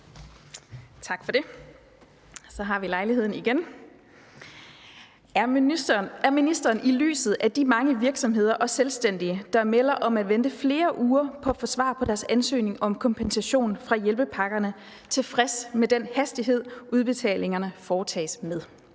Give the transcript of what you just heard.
Tak for det. Så har vi lejligheden igen: Er ministeren, i lyset af de mange virksomheder og selvstændige, der melder om at vente flere uger på at få svar på deres ansøgning om kompensation fra hjælpepakkerne, tilfreds med den hastighed, udbetalingerne foretages med?